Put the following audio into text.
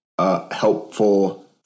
helpful